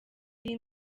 iyi